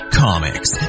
comics